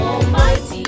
Almighty